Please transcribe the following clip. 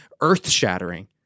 earth-shattering